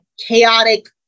chaotic